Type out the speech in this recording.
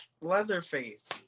Leatherface